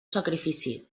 sacrifici